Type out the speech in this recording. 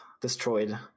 destroyed